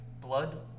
blood